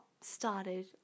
started